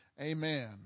amen